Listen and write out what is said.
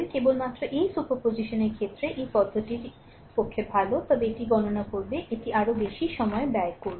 কেবলমাত্র সেই সুপারপজিশনের ক্ষেত্রেই এই পদ্ধতির পক্ষে ভাল তবে এটি গণনা করবে এটি আরও বেশি সময় ব্যয় করবে